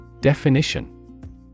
Definition